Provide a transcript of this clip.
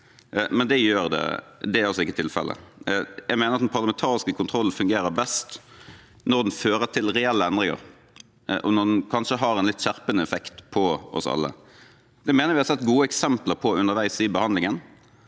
men det er altså ikke tilfellet. Jeg mener at den parlamentariske kontrollen fungerer best når den fører til reelle endringer, og når den kanskje har en litt skjerpende effekt på oss alle. Det mener vi å ha sett gode eksempler på underveis i behandlingen,